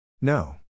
No